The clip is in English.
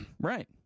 Right